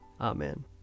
Amen